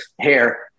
hair